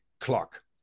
clock